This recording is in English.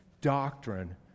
doctrine